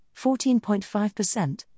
14.5%